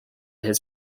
his